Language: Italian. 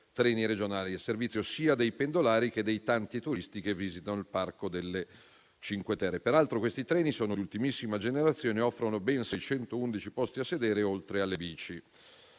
treni regionali, al servizio sia dei pendolari che dei tanti turisti che visitano il parco delle Cinque Terre. Peraltro questi treni sono gli ultimissima generazione e offrono ben 611 posti a sedere, oltre al